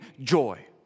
joy